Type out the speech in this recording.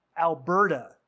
Alberta